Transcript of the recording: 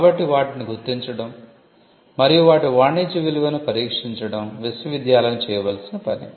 కాబట్టి వాటిని గుర్తించడం మరియు వాటి వాణిజ్య విలువను పరీక్షించడం విశ్వవిద్యాలయం చేయవలసిన పని